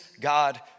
God